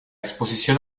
exposición